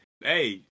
Hey